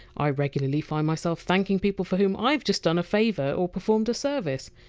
i regularly find myself thanking people for whom i have just done a favor or performed a service.